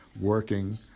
working